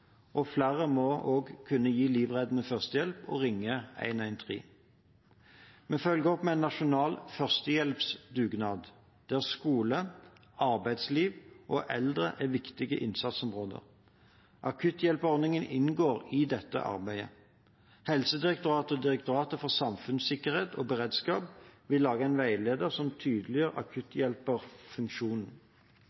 og flere må også kunne gi livreddende førstehjelp og ringe 113. Vi følger opp med en nasjonal førstehjelpsdugnad, der skole, arbeidsliv og eldre er viktige innsatsområder. Akutthjelperordningen inngår i dette arbeidet. Helsedirektoratet og Direktoratet for samfunnssikkerhet og beredskap vil lage en veileder som tydeliggjør